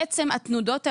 בעצם התנודות הללו,